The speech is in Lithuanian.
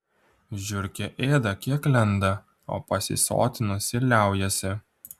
žiurkė ėda kiek lenda o pasisotinusi liaujasi